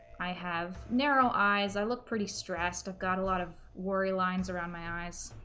i have narrow eyes i look pretty stressed i've got a lot of worry lines around my eyes